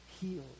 healed